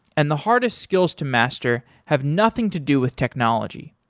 and the hardest skills to master have nothing to do with technology.